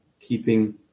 keeping